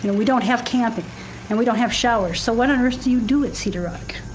yeah we don't have camping and we don't have showers so what on earth do you do at cedar rock.